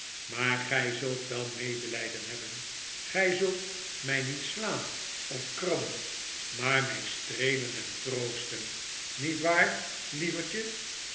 maar gij zult wel medelijden hebben gij zult mij niet slaan of krabben maar mij streelen en troosten niet waar lieverdje